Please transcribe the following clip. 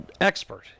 expert